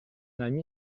ami